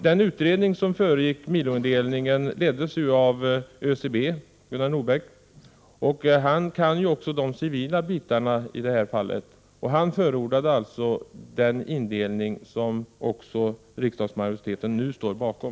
Den utredning som föregick miloindelningen leddes ju av ÖCB och Gunnar Nordbeck, som ju också kan de civila bitarna i det här fallet. Gunnar Nordbeck förordade den indelning som också riksdagsmajoriteten står bakom.